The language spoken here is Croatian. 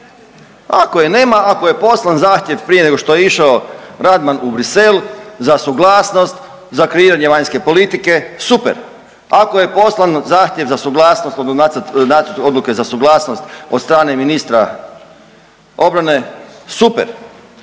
Ako je nema, ako je poslan zahtjev prije nego što je išao Radman u Bruxelles za suglasnost, za kreiranje vanjske politike super. Ako je poslan zahtjev za suglasnost odnosno nacrt odluke